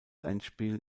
endspiel